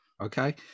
okay